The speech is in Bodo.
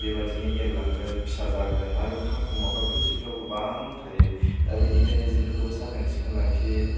बेबायदिनो एरलांगोन फिसा जागोन आरो खांख'माफ्राबोथ' जिफ्राव गोबां थायो दा बेनिखायनो जिफोरखौबो साखोन सिखोन लाखि